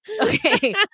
Okay